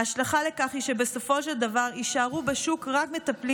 ההשלכה היא שבסופו של דבר יישארו בשוק רק מטפלים